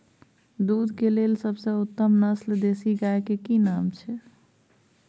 दूध के लेल सबसे उत्तम नस्ल देसी गाय के की नाम छै?